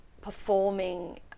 performing